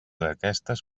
d’aquestes